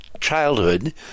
childhood